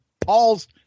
Paul's